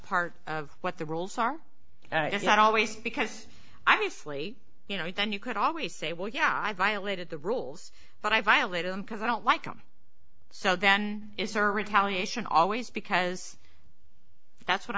part of what the rules are it's not always because i would flee you know then you could always say well yeah i violated the rules but i violated them because i don't like them so then it's our retaliation always because that's what